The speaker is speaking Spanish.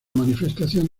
manifestación